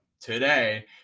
today